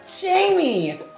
Jamie